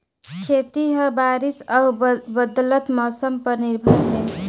खेती ह बारिश अऊ बदलत मौसम पर निर्भर हे